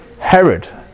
Herod